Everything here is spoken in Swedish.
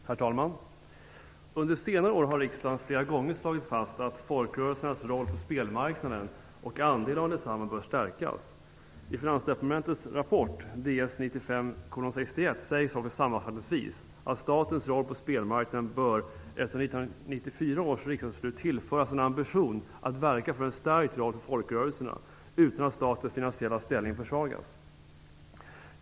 Herr talman! Under senare år har riksdagen flera gånger slagit fast att folkrörelsernas roll på spelmarknaden och andel av densamma bör stärkas. I Finansdepartementets rapport med numret Ds 1995:61 sägs också sammanfattningsvis: "Statens roll på spelmarknaden bör efter 1994 års riksdagsbeslut tillföras en ambition att verka för en stärkt roll för folkrörelserna, utan att statens finansiella ställning försvagas."